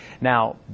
Now